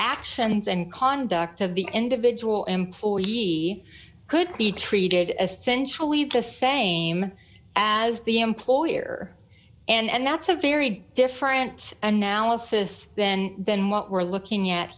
actions and conduct of the individual employee could be treated as a central leave the same as the employer and that's a very different analysis then than what we're looking at